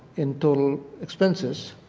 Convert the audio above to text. in total expenses.